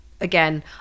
again